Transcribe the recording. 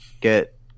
get